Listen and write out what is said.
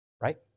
Right